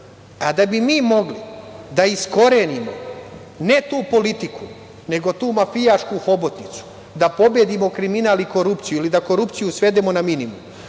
bi mi mogli da ih iskorenimo, ne tu politiku, nego tu mafijašku hobotnicu, da pobedimo kriminal i korupciju ili da korupciju svedemo na minimum,